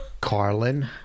Carlin